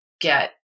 get